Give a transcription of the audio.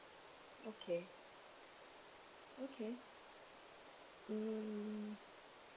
okay okay mm